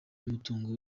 y’umutungo